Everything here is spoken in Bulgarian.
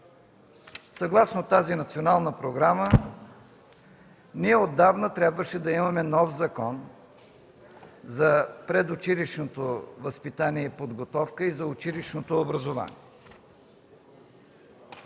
Съгласно тази Национална програма ние отдавна трябваше да имаме нов Закон за предучилищното възпитание и подготовка и за училищното образование.